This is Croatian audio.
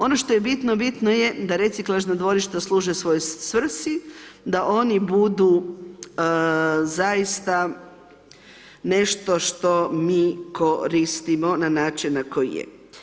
Ono što je bitno, bitno je da reciklažno dvorište služe svojoj svrsi, da oni budu zaista nešto što mi koristimo, na način koji je.